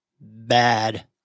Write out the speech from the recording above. bad